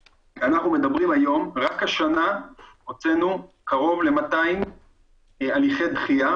רק השנה הוצאנו קרוב ל-200 הליכי דחייה,